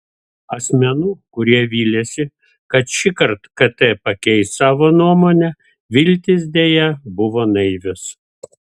asmenų kurie vylėsi kad šįkart kt pakeis savo nuomonę viltys deja buvo naivios